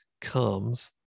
comes